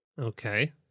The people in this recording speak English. Okay